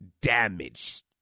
damaged